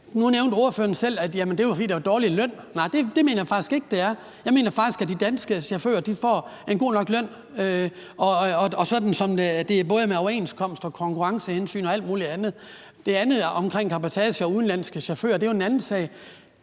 Nu nævnte ordføreren selv, at det var, fordi der var dårlig løn. Nej, det mener jeg faktisk ikke det er. Jeg mener faktisk, at de danske chauffører får en god nok løn, og det er både i forhold til overenskomst, konkurrencehensyn og alt muligt andet. Det, der handler om cabotage og udenlandske chauffører, er jo en anden sag.